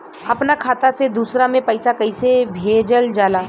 अपना खाता से दूसरा में पैसा कईसे भेजल जाला?